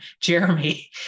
Jeremy